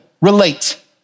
relate